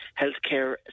healthcare